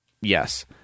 Yes